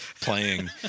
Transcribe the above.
playing